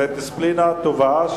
זו דיסציפלינה טובה,